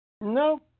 No